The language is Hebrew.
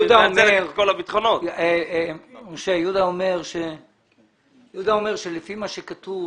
אבל יהודה אומר שלפי מה שכתוב,